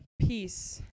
peace